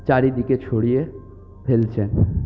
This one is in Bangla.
চারিদিকে ছড়িয়ে ফেলছেন